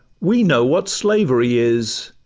we know what slavery is,